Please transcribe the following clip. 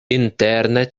interne